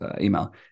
email